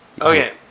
Okay